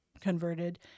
converted